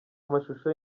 amashusho